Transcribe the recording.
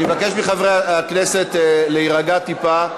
אני מבקש מחברי הכנסת להירגע טיפה.